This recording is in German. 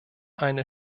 eine